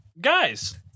Guys